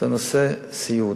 זה נושא הסיעוד.